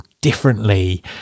differently